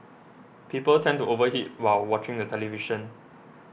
people tend to over eat while watching the television